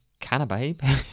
Canababe